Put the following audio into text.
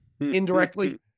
Indirectly